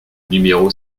numéro